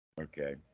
okay